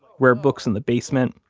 rare books in the basement,